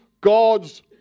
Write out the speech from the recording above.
God's